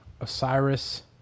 Osiris